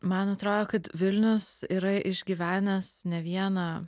man atrodo kad vilnius yra išgyvenęs ne vieną